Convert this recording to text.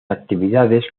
actividades